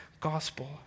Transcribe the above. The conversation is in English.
gospel